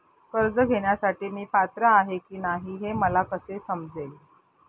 कर्ज घेण्यासाठी मी पात्र आहे की नाही हे मला कसे समजेल?